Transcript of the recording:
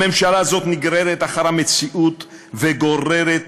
הממשלה הזאת נגררת אחר המציאות, וגוררת